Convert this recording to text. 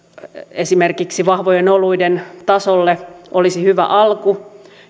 esimerkiksi vahvojen oluiden tasolle olisi hyvä alku